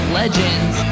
legends